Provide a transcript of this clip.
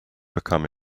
become